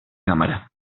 cámara